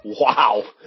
Wow